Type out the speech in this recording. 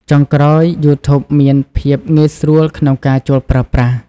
ចុងក្រោយ យូធូបមាន ភាពងាយស្រួលក្នុងការចូលប្រើប្រាស់។